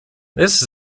this